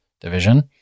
division